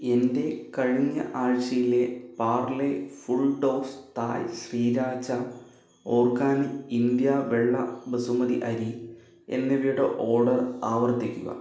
എന്റെ കഴിഞ്ഞ ആഴ്ചയിലെ Parle full toss Thai sriracha organic India വെള്ള ബസ്മതി അരി എന്നിവയുടെ ഓർഡർ ആവർത്തിക്കുക